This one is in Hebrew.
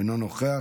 אינו נוכח,